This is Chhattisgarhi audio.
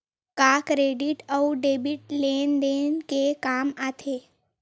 का क्रेडिट अउ डेबिट लेन देन के काम आथे?